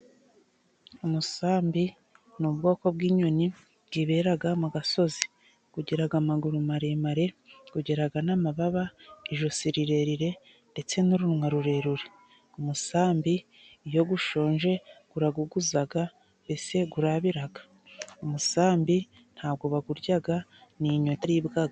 Umusambi ni ubwoko bw'inyoni bwibera mu gasozi ugira amaguru maremare, ugira n'amababa ijosi rirerire ndetse n'urunwa rurerure umusambi iyo ushonje uraguguza ese urabira umusambi ntabwo bwo bawurya ni inyoni itaribwa.